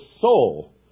soul